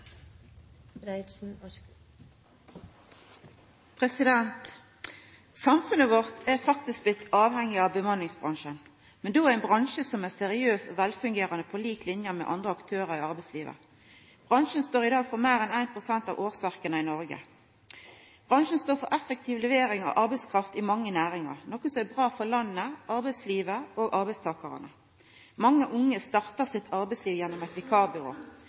velfungerande på lik linje med andre aktørar i arbeidslivet. Bransjen står i dag for meir enn 1 pst. av årsverka i Noreg. Bransjen står for effektiv levering av arbeidskraft i mange næringar, noko som er bra for landet, arbeidslivet og arbeidstakarane. Mange unge startar arbeidslivet sitt gjennom eit